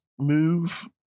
move